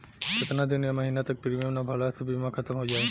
केतना दिन या महीना तक प्रीमियम ना भरला से बीमा ख़तम हो जायी?